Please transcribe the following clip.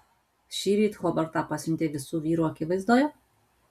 šįryt hobartą pasiuntei visų vyrų akivaizdoje